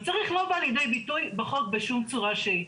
ה-"צריך" לא בא לידי ביטוי בחוק בשום צורה שהיא.